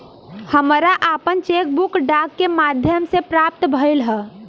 हमरा आपन cheque book डाक के माध्यम से प्राप्त भइल ह